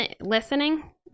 listening